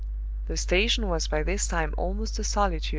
the station was by this time almost a solitude,